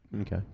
Okay